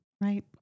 right